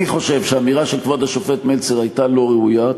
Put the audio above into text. אני חושב שהאמירה של כבוד השופט מלצר הייתה לא ראויה,